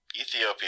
Ethiopia